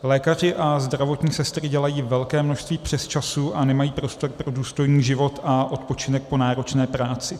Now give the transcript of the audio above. Lékaři a zdravotní sestry dělají velké množství přesčasů a nemají prostor pro důstojný život a odpočinek po náročné práci.